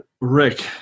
rick